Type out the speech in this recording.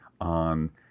on